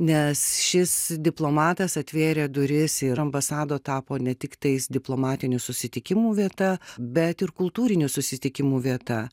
nes šis diplomatas atvėrė duris ir ambasado tapo ne tiktais diplomatinių susitikimų vieta bet ir kultūrinių susitikimų vieta